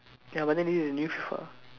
ya but then this is the new Fifa